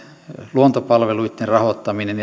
luontopalveluitten rahoittaminen